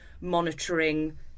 monitoring